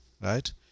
right